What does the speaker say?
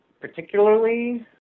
particularly